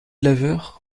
laver